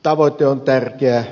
tavoite on tärkeä